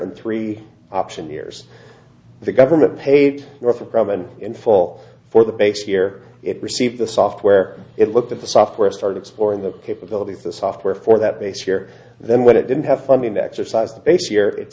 and three option years the government paid more for preben in fall for the base year it received the software it looked at the software start exploring the capabilities the software for that base here then what it didn't have funding to exercise the base year it